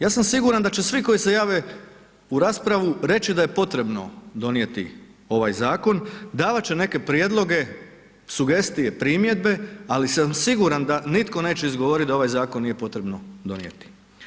Ja sam siguran da će svi koji se jave u raspravu reći da je potrebno donijeti ovaj zakon, davati će neke prijedloge, sugestije, primjedbe ali sam siguran da nitko neće izgovoriti da ovaj zakon nije potrebno donijeti.